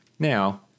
Now